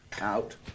out